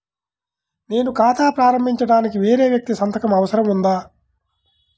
నేను ఖాతా ప్రారంభించటానికి వేరే వ్యక్తి సంతకం అవసరం ఉందా?